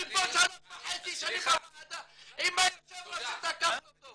אני פה שלוש וחצי שנים בוועדה עם היושב ראש שתקפת אותו.